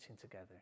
together